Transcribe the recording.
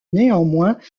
néanmoins